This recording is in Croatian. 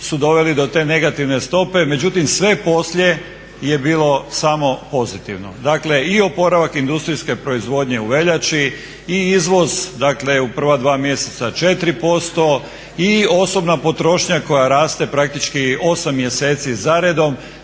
su doveli do te negativne stope. Međutim, sve poslije je bilo samo pozitivno. Dakle i oporavak industrijske proizvodnje u veljači i izvoz, dakle u prva dva mjeseca 4% i osobna potrošnja koja raste praktički osam mjeseci za redom.